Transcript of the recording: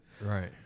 Right